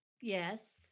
Yes